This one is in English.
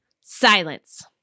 Silence